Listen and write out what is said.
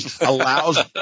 allows